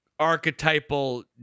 archetypal